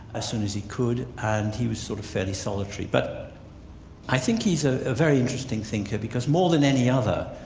as soon as he could and he was sort of fairly solitary. but i think he's a very interesting thinker, because more than any other,